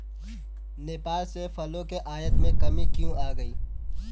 नेपाल से फलों के आयात में कमी क्यों आ गई?